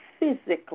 physically